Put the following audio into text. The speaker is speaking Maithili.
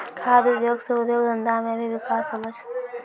खाद्य उद्योग से उद्योग धंधा मे भी बिकास होलो छै